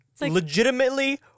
Legitimately